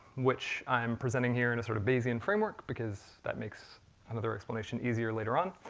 which i'm presenting here in a sort of bayesian framework, because that makes another explanation easier later on.